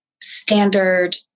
standard